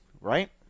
right